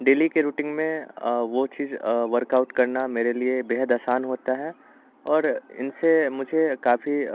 daily के routine में वो चीज वर्कआउट करना मेरे लिए बेहद असान होता है और इनसे मुझे काफ़ी